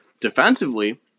defensively